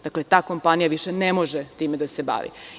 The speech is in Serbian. Dakle, ta kompanija više ne može time da se bavi.